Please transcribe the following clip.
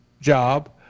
job